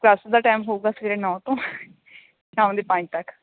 class ਦਾ time ਹੋਊਗਾ ਸਵੇਰੇ ਨੌਂ ਤੋਂ ਸ਼ਾਮ ਦੇ ਪੰਜ ਤੱਕ